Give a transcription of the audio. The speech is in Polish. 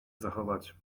zachować